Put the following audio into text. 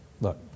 look